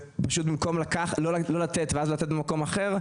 ובמקום לא לתת ואז לתת במקום אחר,